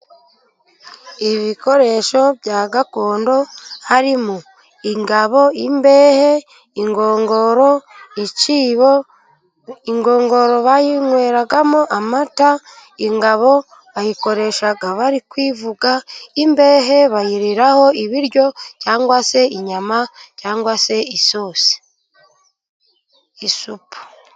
Ibikoresho bya gakondo, harimo ingabo, imbehe, inkongoro, icyibo, ingongoro bayinyweramo amata, ingabo bayikoresha bari kwivuga, imbehe bayiriraho ibiryo, cyangwa se inyama, cyangwa se isosi, isupu.